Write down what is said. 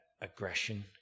aggression